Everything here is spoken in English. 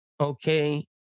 Okay